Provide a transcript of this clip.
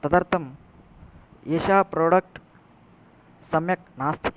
तदर्थम् एषा प्रोडक्ट् सम्यक् नास्ति